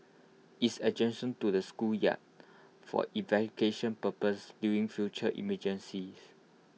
it's adjacent to the schoolyard for evacuation purposes during future emergencies